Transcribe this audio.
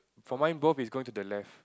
for mine both is going to the left